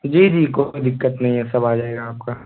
جی جی کوئی دقت نہیں ہے سب آ جائے گا آپ کا